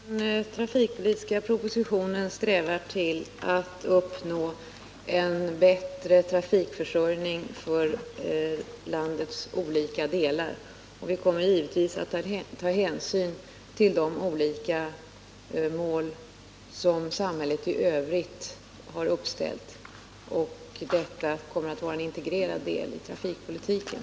Herr talman! Den trafikpolitiska propositionen strävar till att uppnå en bättre trafikförsörjning för landets olika delar, och vi kommer givetvis att ta hänsyn till de olika mål som samhället i övrigt har uppställt. Detta kommer att vara en integrerande del i trafikpolitiken.